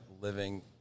living